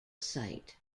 site